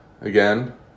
again